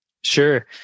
Sure